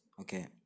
okay